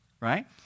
right